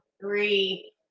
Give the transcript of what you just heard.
three